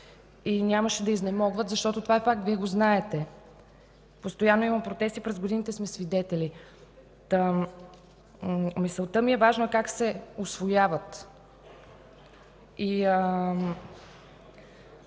и нямаше да изнемогват, защото това е факт, Вие го знаете. Постоянно има протести. През годините сме свидетели на това. Важно е как се усвояват. Да,